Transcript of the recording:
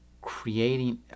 creating